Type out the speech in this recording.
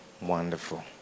Wonderful